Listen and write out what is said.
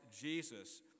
Jesus